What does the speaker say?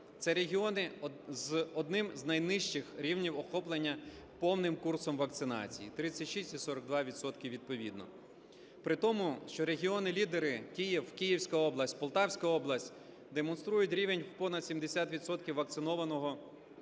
Це регіони з одним з найнижчих рівнів охоплення повним курсом вакцинації – 36 і 42 відсотки відповідно. При тому, що регіони-лідери – Київська область, Полтавська область демонструють рівень понад 70 відсотків вакцинованого